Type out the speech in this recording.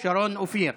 שרון אופיר.